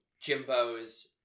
Jimbo's